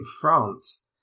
France